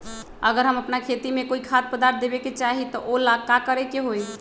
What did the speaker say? अगर हम अपना खेती में कोइ खाद्य पदार्थ देबे के चाही त वो ला का करे के होई?